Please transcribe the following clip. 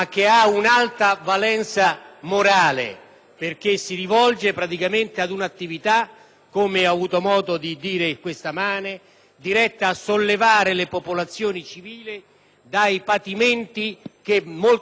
perché è volto a promuovere un'attività, come ho avuto modo di dire questa mattina, diretta a sollevare le popolazioni civili dai patimenti che molto spesso queste devono vivere anche al di là